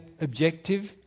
objective